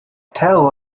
tell